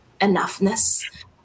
enoughness